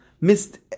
missed